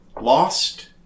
lost